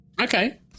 Okay